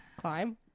climb